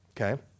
Okay